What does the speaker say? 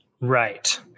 Right